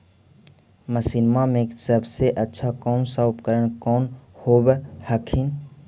मसिनमा मे सबसे अच्छा कौन सा उपकरण कौन होब हखिन?